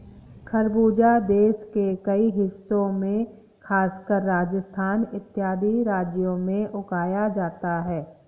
खरबूजा देश के कई हिस्सों में खासकर राजस्थान इत्यादि राज्यों में उगाया जाता है